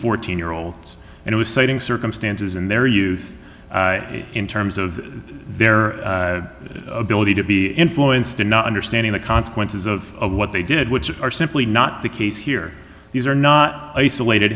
fourteen year olds and it was citing circumstances in their youth in terms of their ability to be influenced in not understanding the consequences of what they did which are simply not the case here these are not isolated